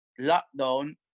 lockdown